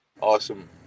awesome